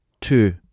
Two